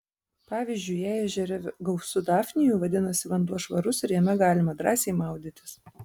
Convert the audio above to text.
pavyzdžiui jei ežere gausu dafnijų vadinasi vanduo švarus ir jame galima drąsiai maudytis